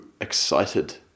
excited